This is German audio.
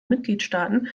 mitgliedstaaten